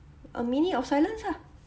a minute of silence ah